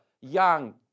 young